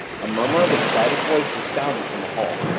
a murmur of excited voices sounded from the hall.